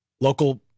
local